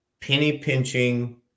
penny-pinching